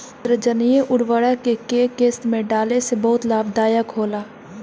नेत्रजनीय उर्वरक के केय किस्त में डाले से बहुत लाभदायक होला?